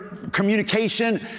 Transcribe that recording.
communication